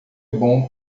bom